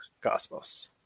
Cosmos